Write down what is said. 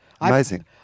Amazing